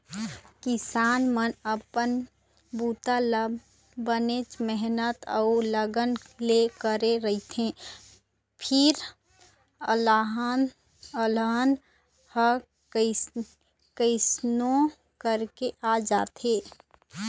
किसान मन अपन बूता ल बनेच मेहनत अउ लगन ले करे रहिथे फेर अलहन ह कइसनो करके आ जाथे